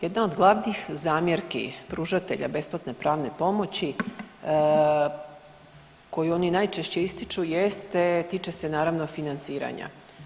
Jedna od glavnih zamjerki pružatelja besplatne pravne pomoći koju oni najčešće ističu jeste tiče se naravno financiranja.